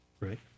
Right